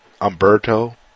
Umberto